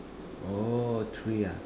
oh three ah